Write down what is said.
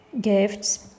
gifts